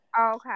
okay